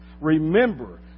Remember